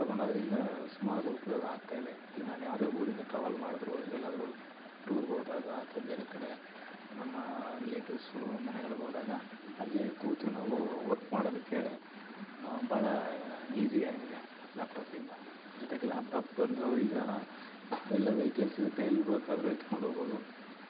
ತಗೊಳೋದ್ರಿಂದ ಸುಮಾರು ಉಪಯೋಗ ಆಗ್ತಾಯಿದೆ ಈಗ ನಾನು ಯಾವುದೇ ಊರಿಂದ ಟ್ರಾವಲ್ ಮಾಡಿದ್ರು ಎಲ್ಲಾದರೂ ಟೂರ್ಗೆ ಹೋದಾಗ ಅಥ್ವಾ ಬೇರೆ ಕಡೆ ನಮ್ಮ ರಿಲೇಟಿವ್ಸು ಮನೆಗಳಿಗೆ ಹೋದಾಗ ಅಲ್ಲೇ ಕೂತು ನಾವೂ ವರ್ಕ್ ಮಾಡೋದಕ್ಕೆ ಭಾಳಾ ಈಝಿ ಆಗಿದೆ ಲ್ಯಾಪ್ಟಾಪಿಂದ ಜೊತೆಗೆ ಲ್ಯಾಪ್ಟಾಪ್ ಬಂದು ಈಗ ಎಲ್ಲ ವೇಯ್ಟ್ಲೆಸ್ ಇರುತ್ತೆ ಎಲ್ಲಿ ಬೇಕಾದ್ರು ಎತ್ಕೊಂಡೋಗ್ಬೋದು